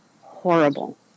horrible